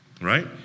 right